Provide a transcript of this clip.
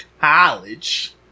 college